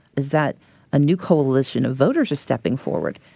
is that a new coalition of voters are stepping forward.